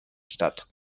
stadt